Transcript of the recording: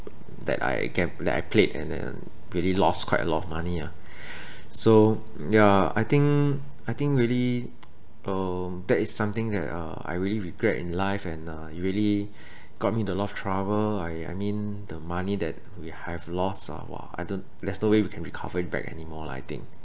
that I gam~ that I played and then really lost quite a lot of money ah so ya I think I think really uh that is something that uh I really regret in life and uh it really got me in a lot of trouble I I mean the money that we have lost ah !wah! I don't there's no way we can recover it back anymore lah I think